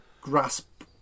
grasp